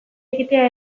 egitea